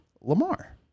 Lamar